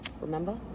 remember